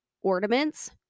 ornaments